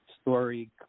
story